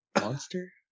Monster